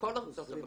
בכל ארצות הברית,